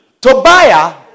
Tobiah